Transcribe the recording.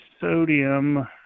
sodium